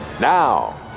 Now